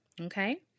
okay